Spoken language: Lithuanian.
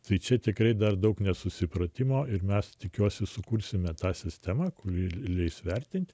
tai čia tikrai dar daug nesusipratimo ir mes tikiuosi sukursime tą sistemą kuri leis vertinti